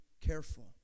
careful